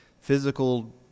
physical